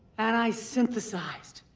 and i synthesized,